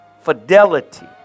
fidelity